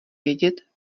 vědět